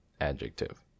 adjective